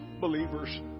believers